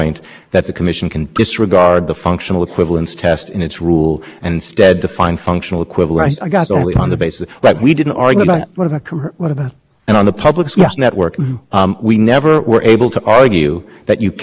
never were able to argue that you cannot combine two networks into one because the existing rules prohibited that and the commission changed that rule and that was the one interconnected service and the change the commission here made was much